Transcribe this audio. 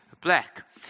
black